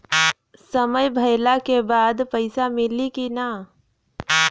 समय भइला के बाद पैसा मिली कि ना?